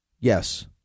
yes